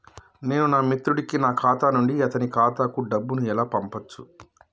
నేను నా మిత్రుడి కి నా ఖాతా నుండి అతని ఖాతా కు డబ్బు ను ఎలా పంపచ్చు?